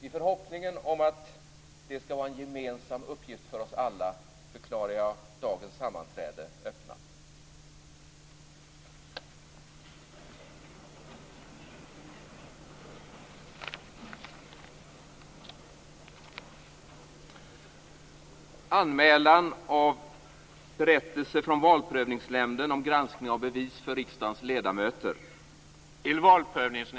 I förhoppning om att detta skall vara en gemensam uppgift för oss alla förklarar jag dagens sammanträde öppnat.